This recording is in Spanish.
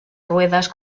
ruedas